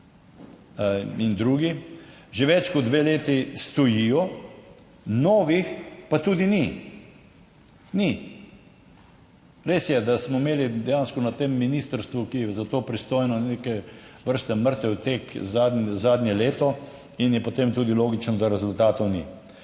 in drugi že več kot dve leti stojijo, novih pa tudi ni. Ni. Res je, da smo imeli dejansko na tem ministrstvu, ki je za to pristojno, neke vrste mrtev tek za zadnje leto in je potem tudi logično, da rezultatov ni.